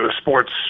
sports